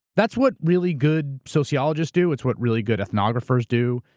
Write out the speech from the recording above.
that's what really good sociologists do, it's what really good ethnographers do,